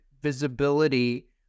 visibility